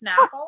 Snapple